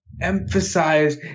Emphasize